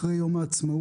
אחרי יום העצמאות.